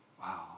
Wow